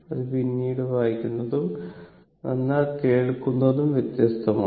അത് പിന്നീട് വായിക്കുന്നതും എന്നാൽ കേൾക്കുന്നതും വ്യത്യസ്തമാണ്